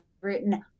written